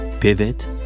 Pivot